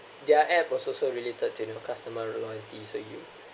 their app was also related to the customer loyalty so you